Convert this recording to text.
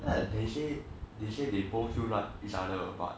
and they say they say they both still like each other but